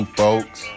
folks